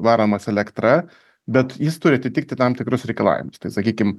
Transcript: varomas elektra bet jis turi atitikti tam tikrus reikalavimus tai sakykim